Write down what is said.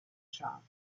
shop